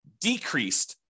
decreased